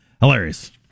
Hilarious